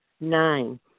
Nine